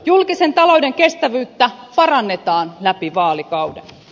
julkisen talouden kestävyyttä parannetaan läpi vaalikauden